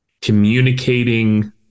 communicating